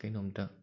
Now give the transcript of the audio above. ꯀꯔꯤꯅꯣꯝꯇ